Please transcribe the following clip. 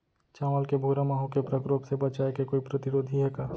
चांवल के भूरा माहो के प्रकोप से बचाये के कोई प्रतिरोधी हे का?